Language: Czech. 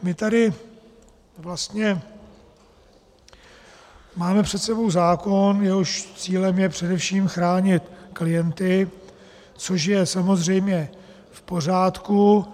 My tady vlastně máme před sebou zákon, jehož cílem je především chránit klienty, což je samozřejmě v pořádku.